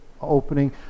opening